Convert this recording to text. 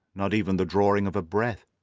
not even the drawing of a breath,